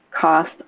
cost